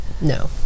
no